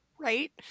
right